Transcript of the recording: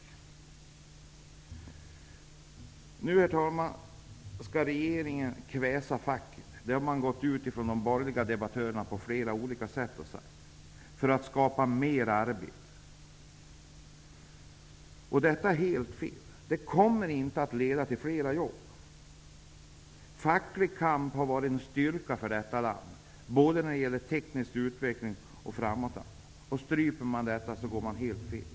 Herr talman! Nu skall regeringen kväsa facket. Det har de borgerliga debattörerna sagt på flera olika sätt. Det skall man göra för att skapa mer arbete. Detta är helt fel. Det kommer inte att leda till flera jobb. Facklig kamp har varit en styrka för detta land, både när det gäller teknisk utveckling och framåtanda. Om man stryper den, går man helt fel.